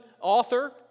author